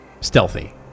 stealthy